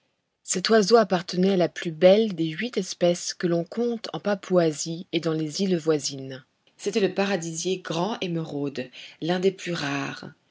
cet oiseau appartenait à la plus belle des huit espèces que l'on compte en papouasie et dans les îles voisines c'était le paradisier grand émeraude l'un des plus rares